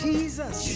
Jesus